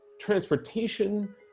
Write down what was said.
transportation